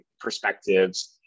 perspectives